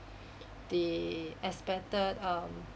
the expected um